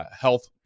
health